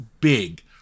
big